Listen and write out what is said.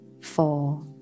four